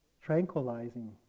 Tranquilizing